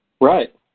right